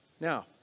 now